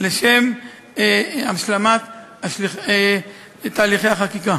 לשם השלמת תהליכי החקיקה.